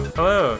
Hello